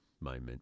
moment